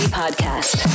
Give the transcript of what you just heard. podcast